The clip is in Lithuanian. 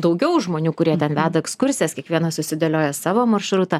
daugiau žmonių kurie ten veda ekskursijas kiekvienas susidėlioja savo maršrutą